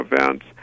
events